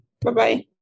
Bye-bye